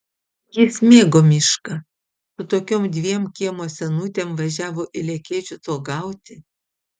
jis mėgo mišką su tokiom dviem kiemo senutėm važiavo į lekėčius uogauti